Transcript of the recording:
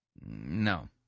No